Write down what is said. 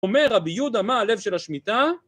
‫אומר רבי יהודה מה הלב של השמיטה?